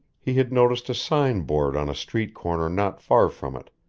he had noticed a signboard on a street corner not far from it,